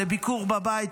לביקור בבית,